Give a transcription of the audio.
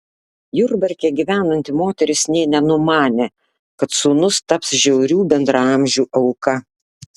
jurbarke gyvenanti moteris nė nenumanė kad sūnus taps žiaurių bendraamžių auka